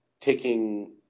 taking